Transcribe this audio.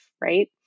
right